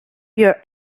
your